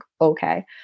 Okay